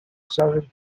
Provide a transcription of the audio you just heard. southern